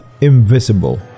invisible